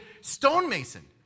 stonemason